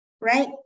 right